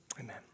Amen